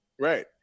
Right